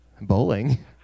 Bowling